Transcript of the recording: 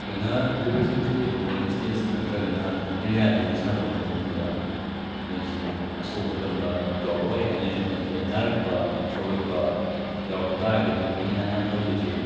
ꯑꯩꯈꯣꯏꯅ ꯔꯤꯄ꯭ꯔꯖꯦꯟꯇꯦꯇꯤꯕ ꯑꯃ ꯑꯣꯏꯅ ꯏꯁꯇꯦꯖ ꯅꯠꯇ꯭ꯔꯒꯅ ꯑꯦꯔꯤꯌꯥꯗꯨꯒꯤ ꯁꯥꯟꯅꯕ ꯃꯇꯝꯁꯤꯗ ꯃꯣꯏꯁꯤ ꯑꯁꯣꯛ ꯑꯄꯟꯕ ꯌꯥꯎꯔꯛꯑꯣꯏ ꯍꯥꯏꯅꯤꯡꯉꯥꯏ ꯂꯩꯄꯣꯟꯇꯦ ꯅꯥꯔꯛꯄ ꯁꯣꯛꯂꯛꯄ ꯌꯥꯎꯔꯛꯄ ꯇꯥꯔꯒꯗꯤ ꯑꯩꯈꯣꯏꯅ ꯏꯍꯥꯟ ꯍꯥꯟꯅ ꯇꯧꯗꯣꯏꯁꯤ